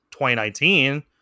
2019